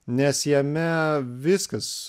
nes jame viskas